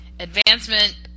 Advancement